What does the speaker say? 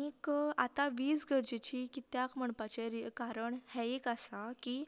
आनीक आता वीज गरजेची कित्याक म्हणपाचे कारण हे एक आसा की